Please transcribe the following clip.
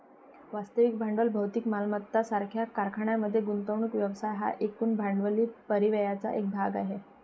वास्तविक भांडवल भौतिक मालमत्ता सारख्या कारखान्यांमध्ये गुंतवणूक व्यवसाय हा एकूण भांडवली परिव्ययाचा एक भाग आहे